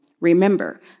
Remember